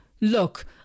Look